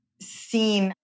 seen